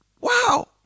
Wow